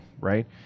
Right